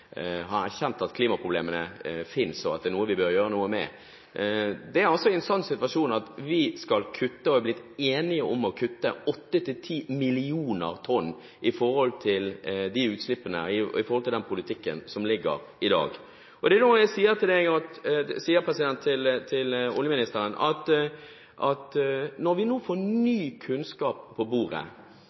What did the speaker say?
at klimaproblemene fins, og at det er noe vi bør gjøre noe med. Det er i en sånn situasjon at vi har blitt enige om å kutte 8–10 millioner tonn i forhold til den politikken som ligger i dag. Det er da jeg sier til oljeministeren: Når vi nå får ny kunnskap på bordet, og det